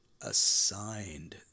assigned